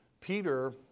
Peter